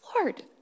Lord